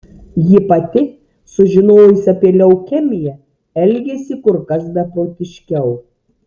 ji pati sužinojusi apie leukemiją elgėsi kur kas beprotiškiau